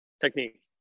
Technique